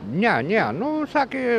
ne ne nu sakė